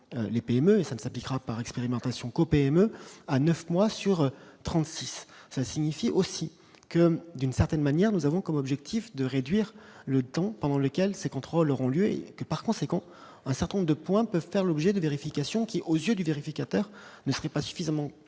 les PME et ça ne s'appliquera par expérimentation qu'aux PME, à 9 mois sur 36, ça signifie aussi que d'une certaine manière nous avons comme objectif de réduire le temps pendant lequel ces contrôles auront lieu et que par conséquent, un certain nombre de points peuvent faire l'objet de vérifications qui, aux yeux du vérificateur ne serait pas suffisamment complète